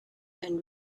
and